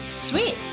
sweet